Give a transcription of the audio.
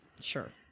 sure